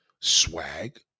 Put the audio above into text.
swag